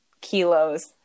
kilos